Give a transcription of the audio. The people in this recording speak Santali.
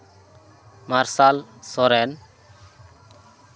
ᱢᱟᱨᱥᱟᱞ ᱥᱚᱨᱮᱱ